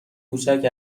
کوچک